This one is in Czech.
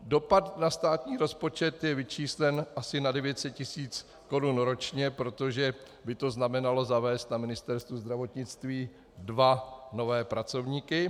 Dopad na státní rozpočet je vyčíslen asi na 900 tisíc korun ročně, protože by to znamenalo zavést na Ministerstvu zdravotnictví dva nové pracovníky.